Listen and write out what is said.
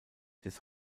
des